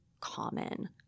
common